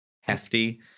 hefty